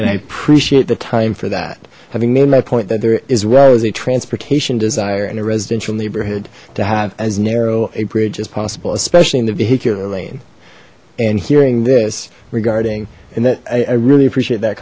and i appreciate the time for that having made my point that there is well as a transportation desire in a residential neighborhood to have as narrow a bridge as possible especially in the vehicular lane and hearing this regarding and that i really appreciate that